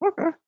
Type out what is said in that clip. Okay